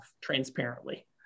transparently